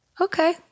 okay